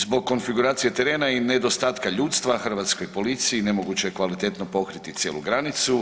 Zbog konfiguracije terena i nedostatka ljudstva hrvatskoj policiji nemoguće je kvalitetno pokriti cijelu granicu.